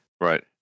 Right